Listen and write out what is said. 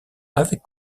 avec